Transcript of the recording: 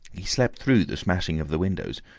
he slept through the smashing of the windows,